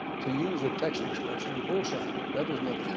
to use a texas expression, bullshine. that is not